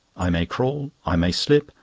i may crawl, i may slip,